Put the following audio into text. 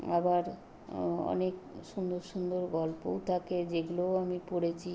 আবার অনেক সুন্দর সুন্দর গল্পও থাকে যেগুলোও আমি পড়েছি